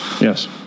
yes